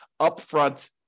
upfront